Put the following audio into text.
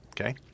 Okay